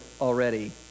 already